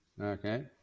Okay